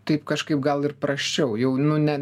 taip kažkaip gal ir prasčiau jau nu ne